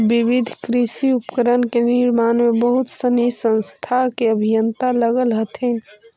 विविध कृषि उपकरण के निर्माण में बहुत सनी संस्था के अभियंता लगल हथिन